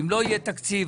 אם לא יהיה תקציב,